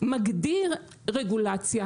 מגדיר רגולציה,